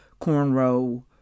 cornrow